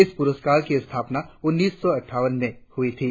इस प्रस्कार की स्थापना उन्नीस सौ अनठावन में हुई थी